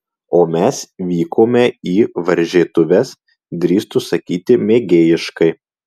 o mes vykome į varžytuves drįstu sakyti mėgėjiškai